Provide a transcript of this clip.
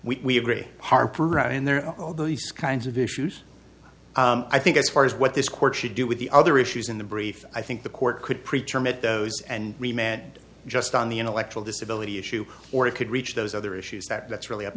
there although these kinds of issues i think as far as what this court should do with the other issues in the brief i think the court could preacher meadows and remained just on the intellectual disability issue or it could reach those other issues that that's really up